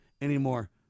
anymore